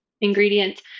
ingredients